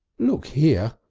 look here,